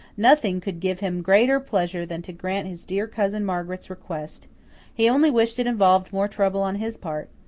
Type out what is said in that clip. nothing could give him greater pleasure than to grant his dear cousin margaret's request he only wished it involved more trouble on his part.